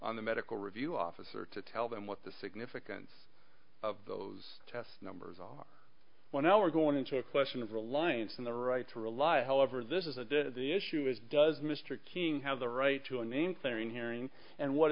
the medical review officer to tell them what the significance of those tests numbers are when now we're going into a question of reliance on the right to rely however this is a did the issue is does mr king have the right to a name thing hearing and what